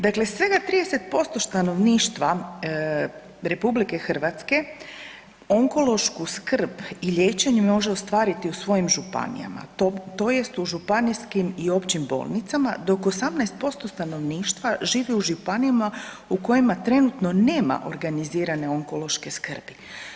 Dakle, svega 30% stanovništva RH onkološku skrb i liječenje može ostvariti u svojim županijama, tj. u županijskim i općim bolnicama, dok 18% stanovništva živi u županijama u kojima trenutno nema organizirane onkološke skrbi.